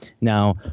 Now